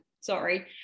sorry